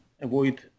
avoid